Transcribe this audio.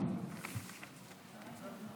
אמרת קודם,